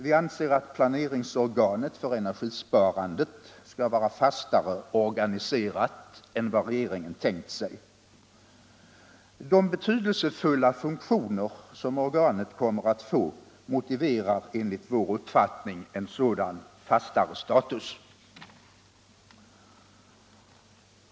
Vi anser att planeringsorganet för energisparandet skall vara fastare organiserat än vad regeringen har tänkt sig. De betydelsefulla funktioner som organet kommer att få motiverar enligt vår uppfattning en sådan status.